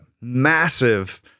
massive